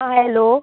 हां हॅलो